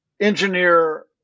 engineer